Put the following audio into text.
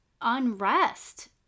unrest